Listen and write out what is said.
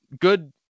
good